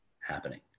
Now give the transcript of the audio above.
happening